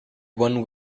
one